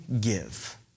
give